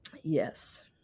Yes